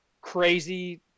crazy